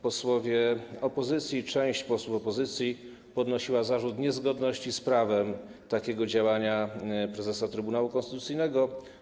Posłowie opozycji, część posłów opozycji podnosiła zarzut niezgodności z prawem takiego działania prezesa Trybunału Konstytucyjnego.